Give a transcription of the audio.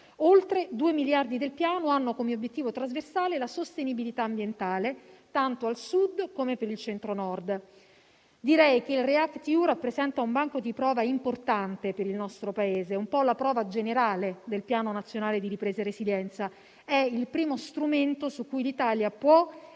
Oltre 2 miliardi del Piano hanno come obiettivo trasversale la sostenibilità ambientale, tanto al Sud come al Centro-Nord. Direi che il React-EU rappresenta un banco di prova importante per il nostro Paese, è un po' la prova generale del Piano nazionale di ripresa e resilienza. È il primo strumento su cui l'Italia può